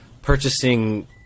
purchasing